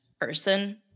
person